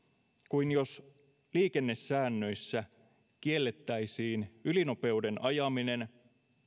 kuin jos liikennesäännöissä kiellettäisiin ylinopeuden ajaminen